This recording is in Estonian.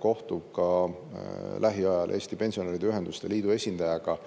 kohtub lähiajal ka Eesti Pensionäride Ühenduste Liidu esindajaga.